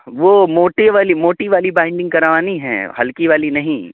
وہ موٹی والی موٹی والی بائنڈنگ کروانی ہے ہلکی والی نہیں